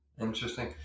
Interesting